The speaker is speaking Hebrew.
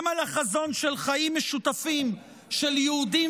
גם על החזון של חיים משותפים של יהודים